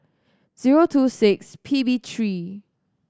zero two six P B three